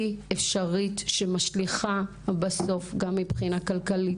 אפשרית שמשליכה בסוף גם מבחינה כלכלית,